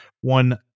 one